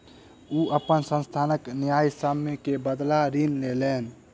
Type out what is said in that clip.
ओ अपन संस्थानक न्यायसम्य के बदला में ऋण लेलैन